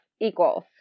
equals